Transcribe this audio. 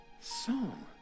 song